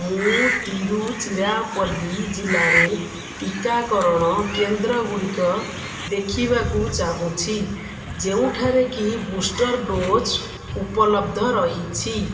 ମୁଁ ତିରୁଚିରାପଲ୍ଲୀ ଜିଲ୍ଲାରେ ଟିକାକରଣ କେନ୍ଦ୍ରଗୁଡ଼ିକ ଦେଖିବାକୁ ଚାହୁଁଛି ଯେଉଁଠାରେ କି ବୁଷ୍ଟର୍ ଡୋଜ୍ ଉପଲବ୍ଧ ରହିଛି